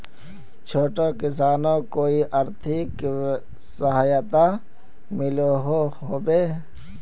छोटो किसानोक कोई आर्थिक सहायता मिलोहो होबे?